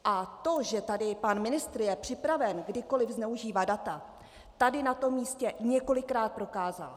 A to, že tady pan ministr je připraven kdykoliv zneužívat data, tady na tom místě několikrát prokázal.